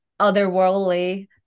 otherworldly